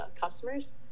customers